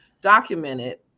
documented